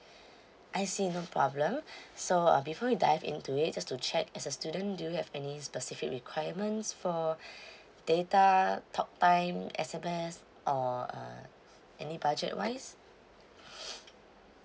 I see no problem so uh before we dive into it just to check as a student do you have any specific requirements for data talk time S_M_S uh any budget wise